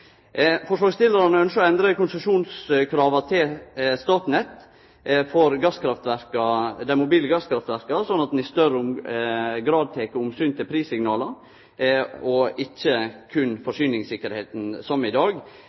Forslagsstillarane ynskjer å endre konsesjonskrava til Statnett for dei mobile gasskraftverka, slik at ein i større grad tek omsyn til prissignal og ikkje berre til forsyningstryggleiken, som i dag.